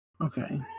Okay